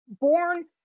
born